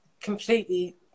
completely